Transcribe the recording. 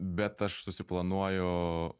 bet aš susiplanuoju